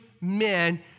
men